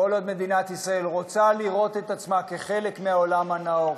כל עוד מדינת ישראל רוצה לראות את עצמה כחלק מהעולם הנאור,